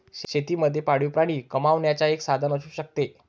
शेती मध्ये पाळीव प्राणी कमावण्याचं एक साधन असू शकतो